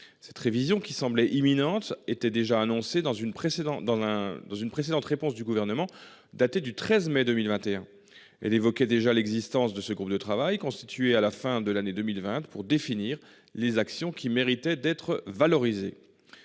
cette révision qui semblait imminente étaient déjà annoncé dans une précédente dans l'dans une précédente réponse du gouvernement datée du 13 mai 2021 et évoquait déjà l'existence de ce groupe de travail constitué à la fin de l'année 2020 pour définir les actions qui méritait d'être valorisé.